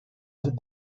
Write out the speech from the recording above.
that